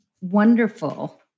wonderful